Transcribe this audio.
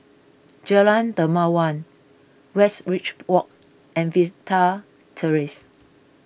Jalan Dermawan Westridge Walk and Vista Terrace